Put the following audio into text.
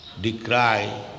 Decry